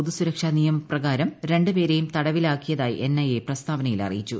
പൊതുസുരക്ഷാ നിയമപ്രകാരം രണ്ടു പേരേയും തടവിലാക്കിയതായി എൻഐഎ പ്രസ്താവനയിൽ അറിയിച്ചു